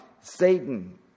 Satan